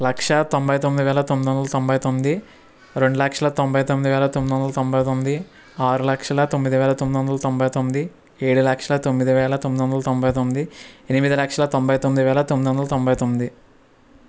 లక్షా తొంభై తొమ్మిది వేల తొమ్మిది వందల తొంభై తొమ్మిది రెండు లక్షల తొంభై తొమ్మిది వేల తొమ్మిది వందల తొంభై తొమ్మిది ఆరు లక్షల తొమ్మిది వేల తొమ్మిది వందల తొంభై తొమ్మిది ఏడు లక్షల తొమ్మిది వేల తొమ్మిది వందల తొంభై తొమ్మిది ఎనిమిది లక్షల తొంభై తొమ్మిది వేల తొమ్మిది వందల తొంభై తొమ్మిది